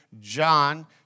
John